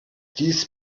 dies